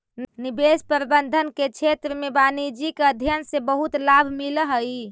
निवेश प्रबंधन के क्षेत्र में वाणिज्यिक अध्ययन से बहुत लाभ मिलऽ हई